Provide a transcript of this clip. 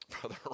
Brother